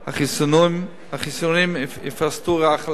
החיסונים ופסטור החלב.